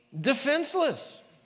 defenseless